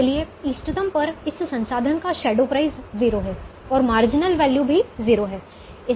इसलिएइष्टतम पर इस संसाधन का शैडो प्राइस 0 है और मार्जिनल वैल्यू भी 0 है